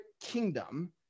kingdom